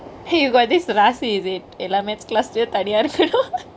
!hey! you got this ராசி:raasi is it எல்லா:ella maths class லயு தனியா இருக்கனு:leyu taniya irukanu